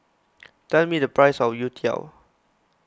tell me the price of Youtiao